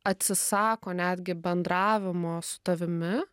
atsisako netgi bendravimo su tavimi